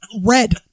red